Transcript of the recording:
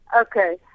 Okay